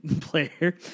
player